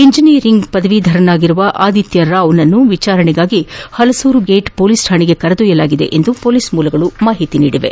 engineer ಪದವೀಧರನಾಗಿರುವ ಆದಿತ್ಯ ರಾವ್ ನನ್ನು ವಿಚಾರಣೆಗಾಗಿ ಹಲಸೂರು ಗೇಟ್ ಪೊಲೀಸ್ ರಾಣೆಗೆ ಕರೆದೊಯ್ಯಲಾಗಿದೆ ಎಂದು ಪೊಲೀಸ್ ಮೂಲಗಳು ತಿಳಿಸಿವೆ